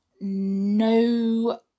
no